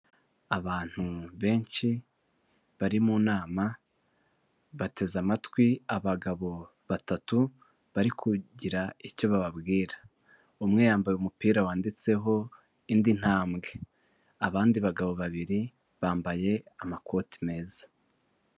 Abantu benshi bari mu nama bateze amatwi abagabo batatu bari kugira icyo bababwira, umwe yambaye umupira wanditseho indi ntambwe, abandi bagabo babiri bambaye amakoti meza.